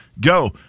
go